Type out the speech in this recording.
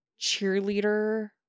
cheerleader